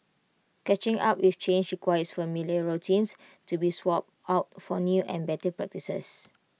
catching up with change requires familiar routines to be swapped out for new and better practices